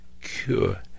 cure